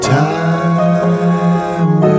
time